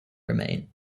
remain